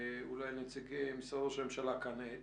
שבאו במגע לעשות בדיקה ראשונה בסמוך לקיום המגע.